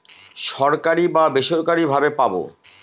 সরকারি বা বেসরকারি ভাবে পাবো